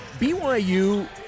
byu